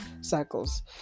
cycles